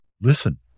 listen